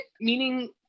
Meaning